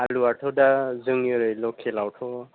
आलुआथ' दा जोंनि ओरै लकेल आवथ'